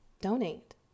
Donate